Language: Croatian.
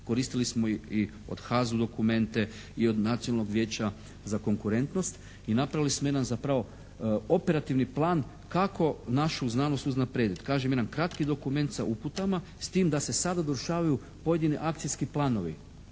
koristili smo i od HAZU dokumente i od Nacionalnog vijeća za konkurentnost i napravili smo jedan zapravo operativni plan kako našu znanost uznaprijediti. Kažem jedan kratki dokument sa uputama s tim da se sada …/Govornik se ne razumije./… pojedini akcijski planovi